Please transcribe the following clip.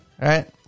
Right